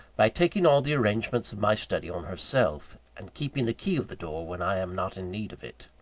by taking all the arrangements of my study on herself, and keeping the key of the door when i am not in need of it.